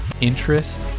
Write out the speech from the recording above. Interest